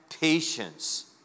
patience